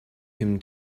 him